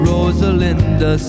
Rosalinda